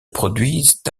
produisent